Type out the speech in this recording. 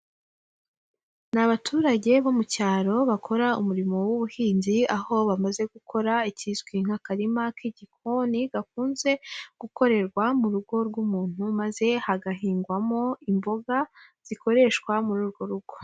Ni abaturage bo mu cyaro bakora umurimo w'ubuhinzi, baho bamaze gukora ikizwi nk'akarima k'igikoni, gakunze gukorerwa mu rugo rw'umuntu maze hagahingwamo imboga zikoreshwa muri urwo rugo.